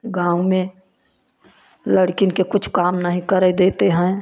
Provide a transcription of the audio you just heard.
गाँव में लड़कियन के कुछ काम नहीं करने देते हैं